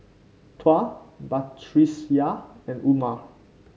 Tuah Batrisya and Umar